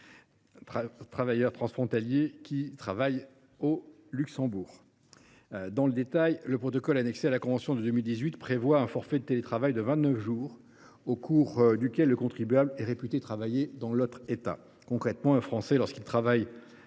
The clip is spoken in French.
de 121 000 transfrontaliers Français travaillent au Luxembourg. Dans le détail, le protocole annexé à la convention de 2018 prévoit un forfait de télétravail de 29 jours au cours duquel le contribuable est supposé travailler dans l’autre État. Concrètement, un Français qui télétravaille